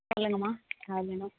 சொல்லுங்கம்மா யார் வேணும்